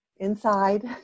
Inside